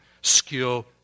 skill